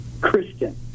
Christian